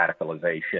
radicalization